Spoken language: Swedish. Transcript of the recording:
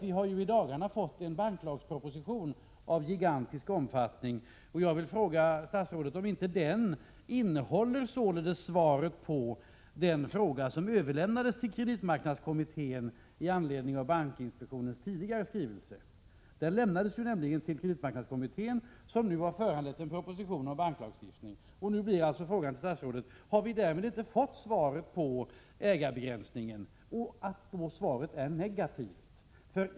Vi har ju i dagarna fått en banklagsproposition av gigantisk omfattning. Jag vill fråga statsrådet om inte den innehåller svaret på den fråga som överlämnades till kreditmarknadskommittén i anledning av bankinspektionens tidigare skrivelse. Den lämnades till kreditmarknadskommittén, och har nu föranlett en proposition om banklagstiftning. Nu blir frågan till statsrådet: Har vi därmed inte fått svaret på frågan om ägarbegränsning, och är inte svaret i så fall negativt?